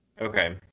Okay